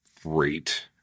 great